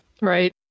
Right